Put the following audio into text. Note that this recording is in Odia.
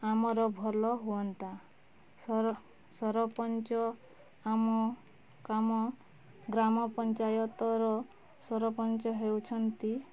ଆମର ଭଲ ହୁଅନ୍ତା ସରପଞ୍ଚ ଆମ କାମ ଗ୍ରାମପଞ୍ଚାୟତର ସରପଞ୍ଚ ହେଉଛନ୍ତି